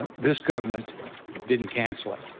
this government didn't cancel it.